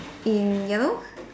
in yellow